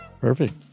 Perfect